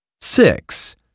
six